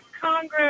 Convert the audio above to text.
Congress